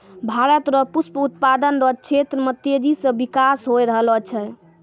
भारत रो पुष्प उत्पादन रो क्षेत्र मे तेजी से बिकास होय रहलो छै